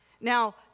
Now